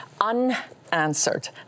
Unanswered